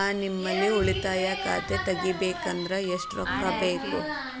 ನಾ ನಿಮ್ಮಲ್ಲಿ ಉಳಿತಾಯ ಖಾತೆ ತೆಗಿಬೇಕಂದ್ರ ಎಷ್ಟು ರೊಕ್ಕ ಬೇಕು?